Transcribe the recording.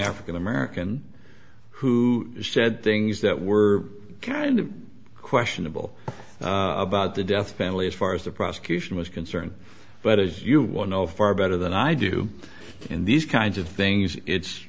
african american who said things that were kind of questionable about the death family as far as the prosecution was concerned but as you well know far better than i do in these kinds of things it's